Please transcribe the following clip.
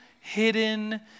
hidden